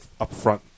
upfront